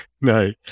no